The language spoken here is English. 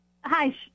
Hi